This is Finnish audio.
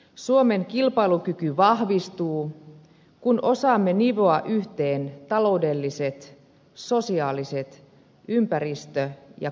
suomen kilpailukyky vahvistuu kun osaamme nivoa yhteen taloudelliset sosiaaliset ympäristö ja kulttuurikysymykset